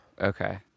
Okay